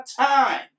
time